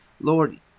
Lord